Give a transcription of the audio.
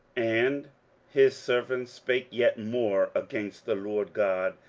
and his servants spake yet more against the lord god,